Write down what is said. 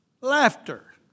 laughter